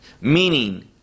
meaning